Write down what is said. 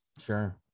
sure